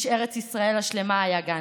איש ארץ ישראל השלמה היה גנדי,